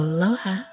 Aloha